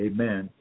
Amen